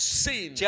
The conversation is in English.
sin